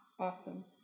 Awesome